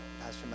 Pastor